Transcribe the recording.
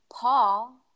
Paul